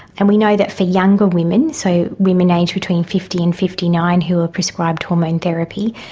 and we know that for younger women, so women aged between fifty and fifty nine who are prescribed hormone therapy,